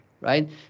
right